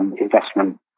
investment